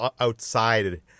outside